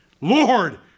Lord